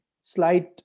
slight